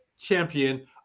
champion